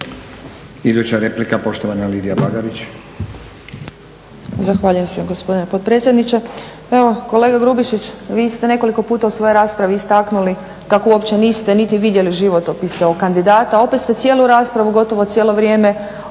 Iduća replika poštovana Lidija Bagarić.